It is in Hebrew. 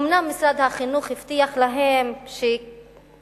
אומנם משרד החינוך הבטיח להן שכאשר